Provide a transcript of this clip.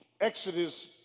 exodus